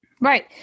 Right